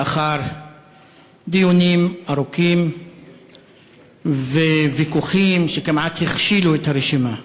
לאחר דיונים ארוכים וויכוחים שכמעט הכשילו את הרשימה.